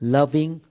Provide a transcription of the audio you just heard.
Loving